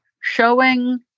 showing